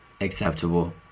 acceptable